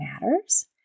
matters